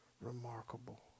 remarkable